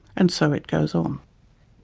and so it goes on.